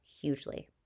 hugely